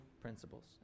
principles